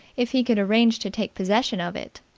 if he could arrange to take possession of it.